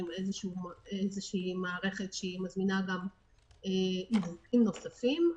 איזושהי מערכת שמזמינה גם עיוותים נוספים,